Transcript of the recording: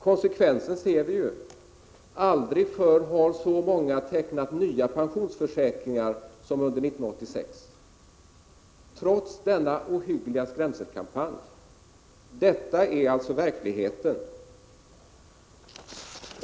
Konsekvensen ser vi: Aldrig förr har så många tecknat pensionsförsäkringar som under 1986 — trots denna ohyggliga skrämselkampanj. Detta är alltså verkligheten.